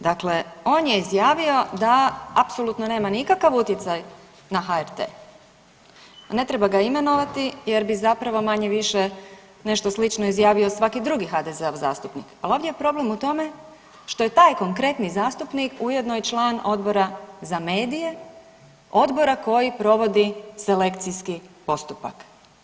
Dakle, on je izjavio da apsolutno nema nikakav utjecaj na HRT, a ne treba ga imenovati jer bi zapravo manje-više nešto slično izjavio svaki drugi HDZ-ov zastupnik, ali ovdje je problem u tome što je taj konkretni zastupnik ujedno i član Odbora za medije, odbora koji provodi selekcijski postupak.